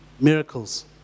miracles